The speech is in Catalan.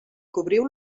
cobriu